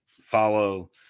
follow